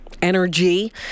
energy